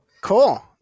Cool